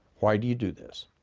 why do you do this?